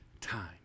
time